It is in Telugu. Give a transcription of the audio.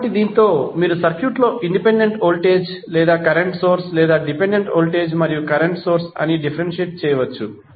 కాబట్టి దీనితో మీరు సర్క్యూట్లో ఇండిపెండెంట్ వోల్టేజ్ లేదా కరెంట్ సోర్స్ లేదా డిపెండెంట్ వోల్టేజ్ మరియు కరెంట్ సోర్స్ అని డీఫెరెన్షియేట్ చేయవచ్చు